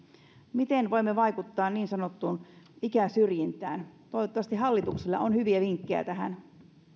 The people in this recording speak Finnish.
miten voimme vaikuttaa niin sanottuun ikäsyrjintään toivottavasti hallituksella on hyviä vinkkejä tähän